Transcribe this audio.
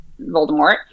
voldemort